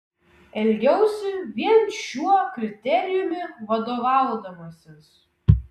elgiausi vien šiuo kriterijumi vadovaudamasis